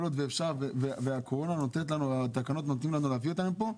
כל עוד הקורונה והתקנות נותנות לנו להביא אותם לפה,